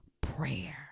prayer